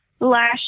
last